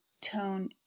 tone